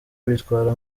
bitwara